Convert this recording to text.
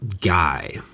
guy